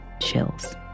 chills